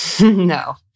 No